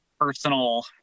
personal